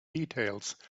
details